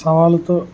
సవాలుతో